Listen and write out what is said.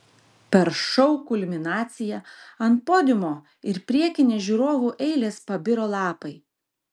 per šou kulminaciją ant podiumo ir priekinės žiūrovų eilės pabiro lapai